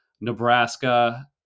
Nebraska